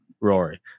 Rory